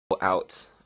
out